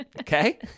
Okay